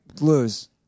Lose